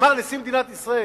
אמר את זה נשיא מדינת ישראל.